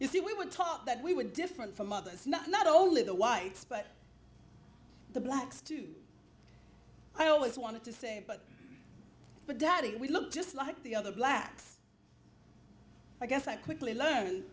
you see we were taught that we were different from others not only the whites but the blacks too i always wanted to say but daddy would look just like the other blacks i guess i quickly learn